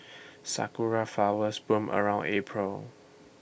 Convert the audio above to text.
Sakura Flowers bloom around April